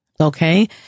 okay